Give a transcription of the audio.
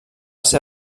ser